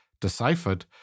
deciphered